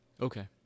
okay